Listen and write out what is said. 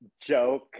joke